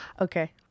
okay